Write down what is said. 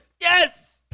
Yes